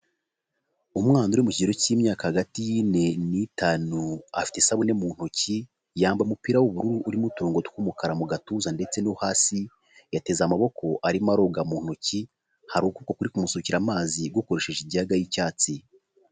Umwana uri mu kigero cy'imyaka hagati y'ine n'itanu, afite isabune mu ntoki, yambaye umupira w'ubururu urimo utungo tw'umukara mu gatuza ndetse no hasi, yateze amaboko arimo aroga mu ntoki, hari ukuboko kuri kumusukira amazi gukoresheje ijaga y'icyatsi.